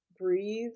breathe